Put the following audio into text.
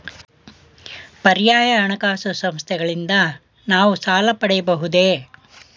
ಪರ್ಯಾಯ ಹಣಕಾಸು ಸಂಸ್ಥೆಗಳಿಂದ ನಾವು ಸಾಲ ಪಡೆಯಬಹುದೇ?